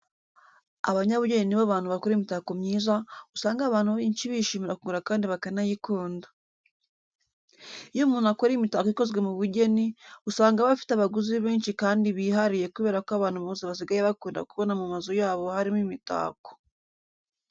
Abanyabugeni ni bo bantu bakora imitako myiza, usanga abantu benshi bishimira kugura kandi bakanayikunda. Iyo umuntu akora imitako ikozwe mu bugeni, usanga aba afite abaguzi benshi kandi bihariye kubera ko abantu bose basigaye bakunda kubona mu mazu yabo harimo imitako.